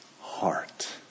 heart